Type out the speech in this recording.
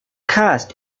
cast